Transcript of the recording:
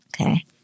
Okay